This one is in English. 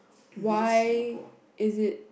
why is it